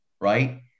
right